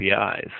APIs